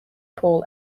paul